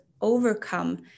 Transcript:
overcome